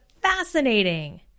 fascinating